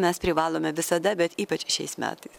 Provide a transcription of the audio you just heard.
mes privalome visada bet ypač šiais metais